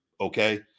Okay